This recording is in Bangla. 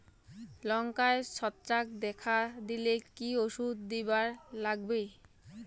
লঙ্কায় ছত্রাক দেখা দিলে কি ওষুধ দিবার লাগবে?